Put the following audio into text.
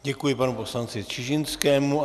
Děkuji panu poslanci Čižinskému.